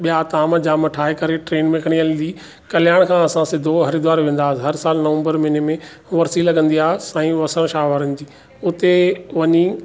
ॿिया ताम जाम ठाहे करे ट्रेन में खणी हलंदी कल्याण खां असां सिधो हरिद्वारु वेंदासीं हर सालु नवंबर महिने में वर्सी लॻंदी आहे साईं वसण शाह वारनि जी उते वञी